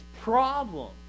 problem